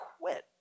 quit